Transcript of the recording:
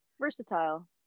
versatile